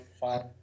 five